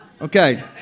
Okay